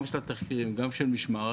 גם של התחקירים וגם של משמעת,